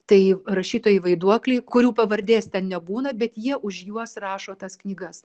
tai rašytojai vaiduokliai kurių pavardės ten nebūna bet jie už juos rašo tas knygas